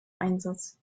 einsatz